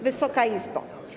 Wysoka Izbo!